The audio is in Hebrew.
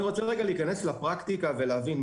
אני רוצה להכנס לפרקטיקה ולהבין,